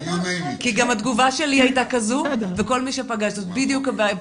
כי גם התגובה שלי הייתה כזו וזו בדיוק הבעיה.